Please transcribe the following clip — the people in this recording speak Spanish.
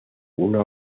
una